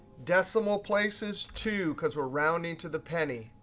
decimal place is two, because we're rounding to the penny.